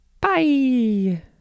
Bye